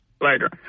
Later